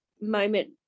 moment